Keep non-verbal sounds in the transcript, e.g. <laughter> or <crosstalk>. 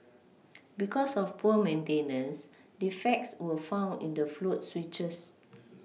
because of poor maintenance defects were found in the float switches <noise>